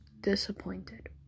disappointed